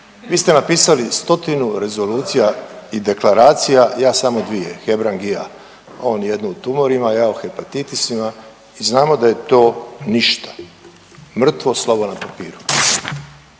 Vi ste napisali stotinu rezolucija i deklaracija, ja samo dvije, Hebrang i ja, on jednu o tumorima, ja o hepatitisima i znamo da je to ništa, mrtvo slovo na papiru